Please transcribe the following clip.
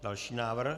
Další návrh.